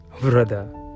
brother